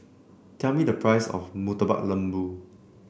tell me the price of Murtabak Lembu